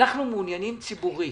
אנחנו מעוניינים ציבורית